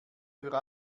für